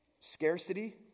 scarcity